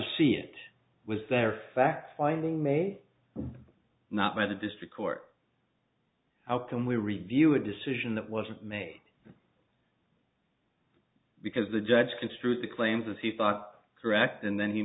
see it was there fact finding may not by the district court how can we review a decision that wasn't made because the judge construed the claims as he thought correct and then he